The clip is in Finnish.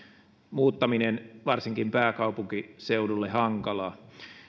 muuttaminen varsinkin pääkaupunkiseudulle hankalaa